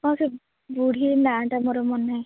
ହଁ ସେ ବୁଢ଼ୀ ନାଁଟା ମୋର ମନ ନାହିଁ